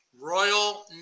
Royal